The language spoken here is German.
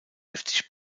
heftig